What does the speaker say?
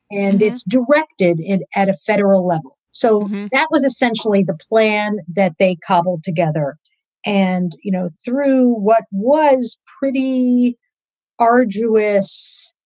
and it's directed and at a federal level. so that was essentially the plan that they cobbled together and you know through what was pretty arduous,